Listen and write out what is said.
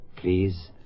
please